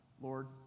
Lord